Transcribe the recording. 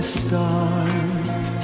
start